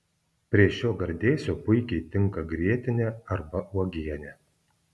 prie šio gardėsio puikiai tinka grietinė arba uogienė